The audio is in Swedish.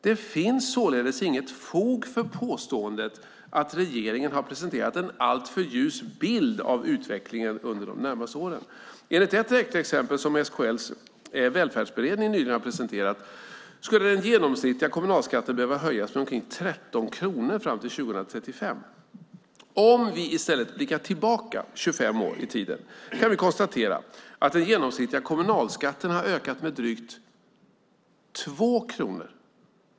Det finns således inget fog för påståendet att regeringen har presenterat en alltför ljus bild av utvecklingen under de närmaste åren. Enligt ett räkneexempel som SKL:s välfärdsberedning nyligen har presenterat skulle den genomsnittliga kommunalskatten behöva höjas med omkring 13 kronor fram till 2035. Om vi i stället blickar tillbaka 25 år i tiden kan vi konstatera att den genomsnittliga kommunalskatten har ökat - med drygt 2 kronor.